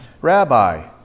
Rabbi